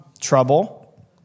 trouble